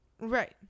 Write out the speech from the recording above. Right